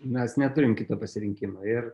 mes neturim kito pasirinkimo ir